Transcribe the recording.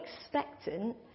expectant